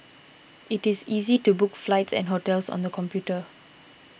it is easy to book flights and hotels on the computer